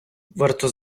варто